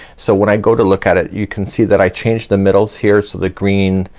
so when i go to look at it you can see that i changed the middles here, so the green,